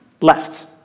left